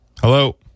hello